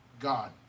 God